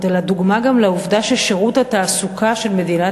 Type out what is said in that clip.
אלא דוגמה גם לעובדה ששירות התעסוקה של מדינת